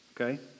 Okay